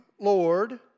Lord